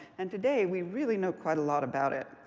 and today we really know quite a lot about it.